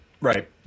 right